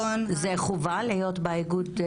אפשר לקבל את הרושם שהשם אפרת זה תנאי חובה להיות חלק מהאיגוד.